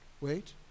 wait